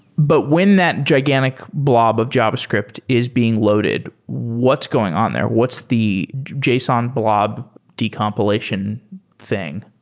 but when that gigantic blob of javascript is being loaded, what's going on there? what's the json blob de-compilation thing?